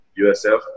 USF